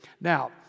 Now